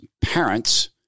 parents